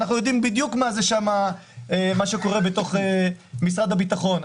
אנחנו יודעים בדיוק מה קורה בתוך משרד הביטחון,